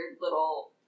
little